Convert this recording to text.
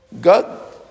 God